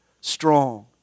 Strong